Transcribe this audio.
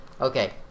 Okay